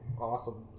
awesome